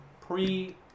pre-